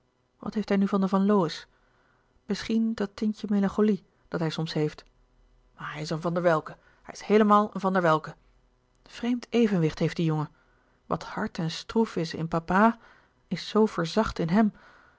wat heeft hij nu van de van lowe's misschien dat tintje melancho lie dat hij soms heeft maar hij is een van der welcke hij is heelemaal een van der welcke vreemd evenwicht heeft die jongen wat hard en stroef is in papa is zoo verzacht in hem